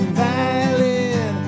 violin